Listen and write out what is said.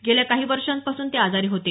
गेल्या काही वर्षांपासून ते आजारी होते